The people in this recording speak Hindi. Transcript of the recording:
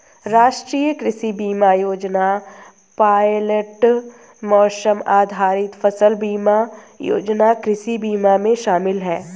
राष्ट्रीय कृषि बीमा योजना पायलट मौसम आधारित फसल बीमा योजना कृषि बीमा में शामिल है